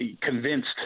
convinced